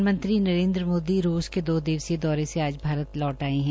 प्रधानमंत्री नरेन्द्र मोदी रूस के दो दिवसीय दौरे से आज भारत लौट आये है